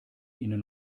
ihnen